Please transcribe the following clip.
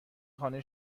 خانه